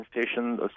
station